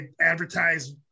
advertise